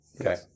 okay